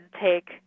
take